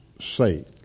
sake